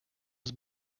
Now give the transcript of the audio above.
was